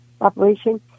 operation